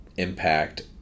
impact